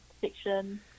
fiction